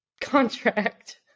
contract